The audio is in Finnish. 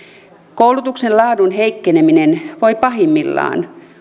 koulutuksen laadun heikkeneminen voi pahimmillaan